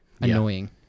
annoying